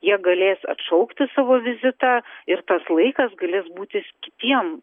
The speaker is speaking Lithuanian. jie galės atšaukti savo vizitą ir tas laikas galės būti kitiem